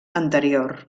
anterior